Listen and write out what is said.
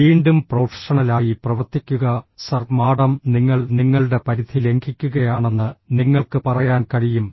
വീണ്ടും പ്രൊഫഷണലായി പ്രവർത്തിക്കുക സർ മാഡം നിങ്ങൾ നിങ്ങളുടെ പരിധി ലംഘിക്കുകയാണെന്ന് നിങ്ങൾക്ക് പറയാൻ കഴിയും